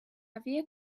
روی